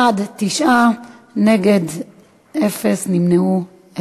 בעד, 9, אין מתנגדים, אין נמנעים.